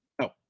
No